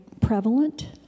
prevalent